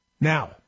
Now